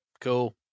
Cool